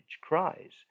cries